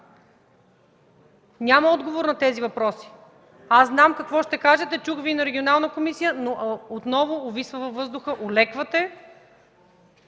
Няма отговор на тези въпроси. Знам какво ще кажете, чух Ви на Регионалната комисия, но отново увисва във въздуха, олеквате